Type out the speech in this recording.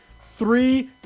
three